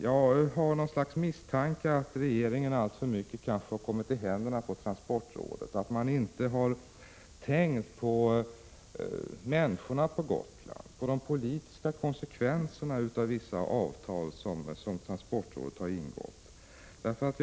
Jag får något slags misstanke att regeringen alltför mycket kommit i händerna på transportrådet, att man inte tänkt på människorna på Gotland och på de politiska konsekvenserna av vissa avtal som transportrådet ingått.